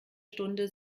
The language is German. stunde